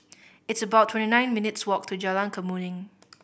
it's about twenty nine minutes' walk to Jalan Kemuning